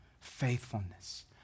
faithfulness